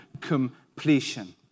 completion